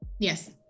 Yes